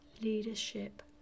leadership